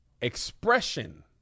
expression